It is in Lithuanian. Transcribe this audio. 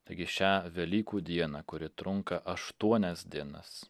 taigi šią velykų dieną kuri trunka aštuonias dienas